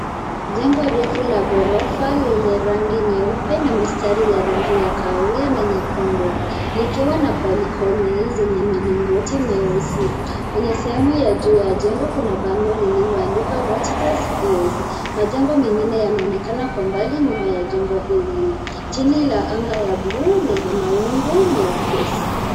Jengo refu la ghorofa lenye rangi nyeupe na mistari ya rangi ya kahawia na nyekundu. Likiwa na balcony zenye milingoti myeusi. Kwenye sehemu ya juu ya jengo kuna bango lililoandikwa North crest view. Majengo mengine yanaonekana kwa mbali nyuma ya jengo hili chini ya anga ya bluu yenye mawingu mweupe.